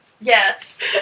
Yes